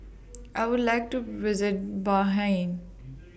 I Would like to visit Bahrain